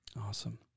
awesome